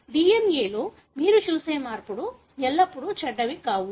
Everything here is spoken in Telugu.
DNA లో మీరు చూసే మార్పులు ఎల్లప్పుడూ చెడ్డవి కావు